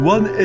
One